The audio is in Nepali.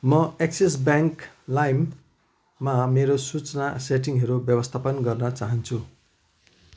म एक्सिस ब्याङ्क लाइममा मेरो सूचना सेटिङहरू व्यवस्थापन गर्न चाहन्छु